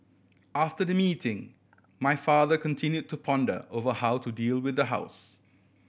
after the meeting my father continue to ponder over how to deal with the house